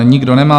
Nikdo nemá.